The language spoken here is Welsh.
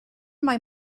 mai